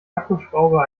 akkuschrauber